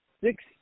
six